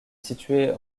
située